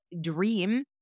dream